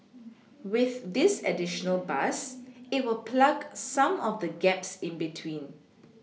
with this additional bus it will plug some of the gaps in between